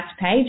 page